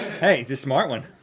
hey, he's a smart one.